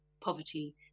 poverty